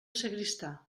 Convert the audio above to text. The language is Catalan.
sagristà